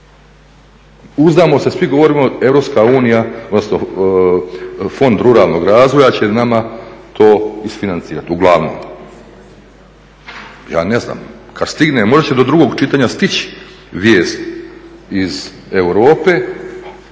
Uzdamo, svi govorimo Europska unija odnosno Fond ruralnog razvoja će nama to isfinancirat, uglavnom. Ja ne znam, kad stigne, možda će do drugog čitanja stići vijest iz Europe